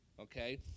okay